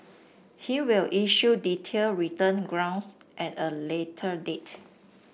he will issue detailed written grounds at a later date